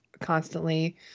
constantly